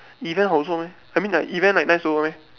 event 好做 meh I mean like event like nice to work meh